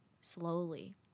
slowly